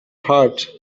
heart